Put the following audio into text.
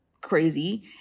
crazy